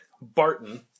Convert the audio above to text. Barton